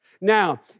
Now